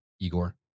Igor